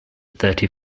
thirty